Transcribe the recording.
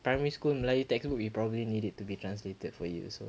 primary school melayu textbook you probably need it to be translated for you also